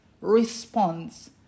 response